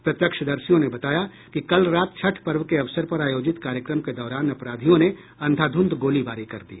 प्रत्यक्षदर्शियों ने बताया कि कल रात छठ पर्व के अवसर पर आयोजित कार्यक्रम के दौरान अपराधियों ने अंधाधूंध गोलीबारी कर दी